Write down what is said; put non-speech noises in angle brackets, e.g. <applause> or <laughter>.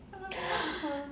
<laughs>